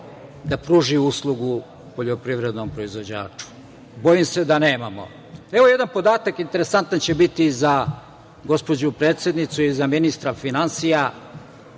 da pruži uslugu poljoprivrednom proizvođaču? Bojim se da nemamo. Evo jedan podatak, interesantan će biti za gospođu predsednicu i za ministra finansija,